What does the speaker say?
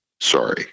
sorry